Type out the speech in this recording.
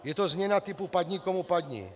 Je to změna typu padni komu padni.